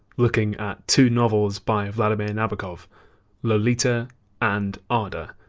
looking at two novels by vladimir nabokov lolita and ada.